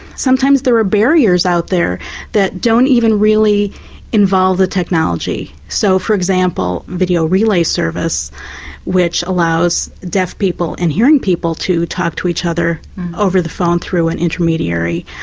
sometimes there are barriers out there that don't even really involve the technology. so, for example, video relay service which allows deaf people and hearing people to talk to each other over the phone through an intermediary.